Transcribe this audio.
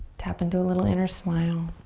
tap and do a little inner smile.